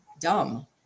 dumb